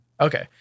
Okay